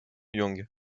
young